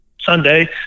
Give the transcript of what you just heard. Sunday